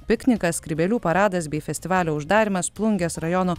piknikas skrybėlių paradas bei festivalio uždarymas plungės rajono